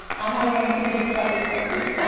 ah having one in sydney is slightly expensive. ah